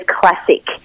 classic